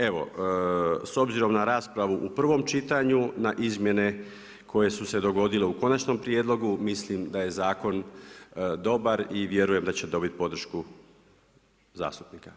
Evo, s obzirom na raspravu u prvom čitanju, na izmjene koje su se dogodile u konačnom prijedlogu mislim da je zakon dobar i vjerujem da će dobiti podršku zastupnika.